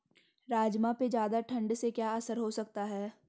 राजमा पे ज़्यादा ठण्ड से क्या असर हो सकता है?